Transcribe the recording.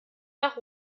nach